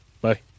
Bye